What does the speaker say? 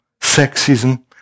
sexism